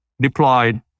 deployed